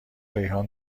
ریحان